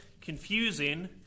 confusing